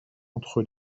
entre